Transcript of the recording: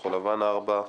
כחול לבן ארבעה,